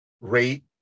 rate